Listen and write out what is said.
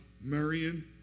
Marion